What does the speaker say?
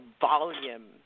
volume